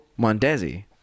Mondesi